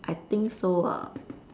I think so ah